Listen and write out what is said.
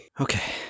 Okay